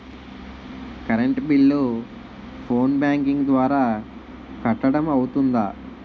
Current bill phone banking ద్వారా కట్టడం అవ్తుందా?